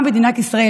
גם במדינת ישראל.